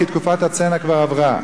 כי תקופת הצנע כבר עברה.